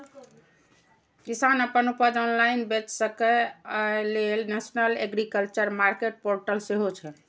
किसान अपन उपज ऑनलाइन बेच सकै, अय लेल नेशनल एग्रीकल्चर मार्केट पोर्टल सेहो छै